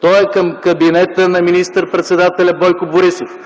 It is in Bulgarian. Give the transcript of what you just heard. Той е към кабинета на министър-председателя Борисов,